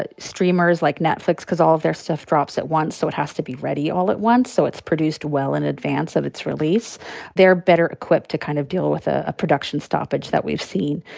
streamers like netflix because all of their stuff drops at once so it has to be ready all at once so it's produced well in advance of its release they're better equipped to kind of deal with a production stoppage that we've seen.